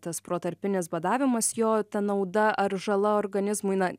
tas protarpinis badavimas jo ta nauda ar žala organizmui na